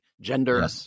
gender